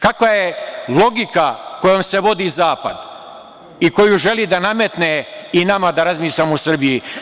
Kakva je logika kojom se vodi zapad i koju želi da nametne i nama da razmišljamo u Srbiji.